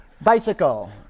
Bicycle